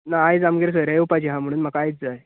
आयज आमगेर सोयऱ्या येवपाची आसा म्हणून म्हाका आज जाय